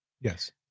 Yes